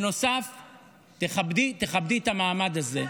צריך להחריג --- תכבדי את המעמד הזה.